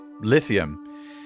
lithium